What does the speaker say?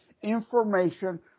information